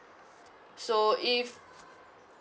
so if